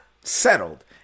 settled